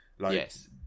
Yes